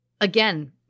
again